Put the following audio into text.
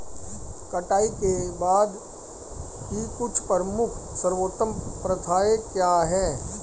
कटाई के बाद की कुछ प्रमुख सर्वोत्तम प्रथाएं क्या हैं?